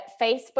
Facebook